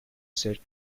set